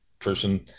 person